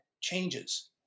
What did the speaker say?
changes